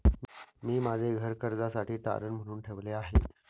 मी माझे घर कर्जासाठी तारण म्हणून ठेवले आहे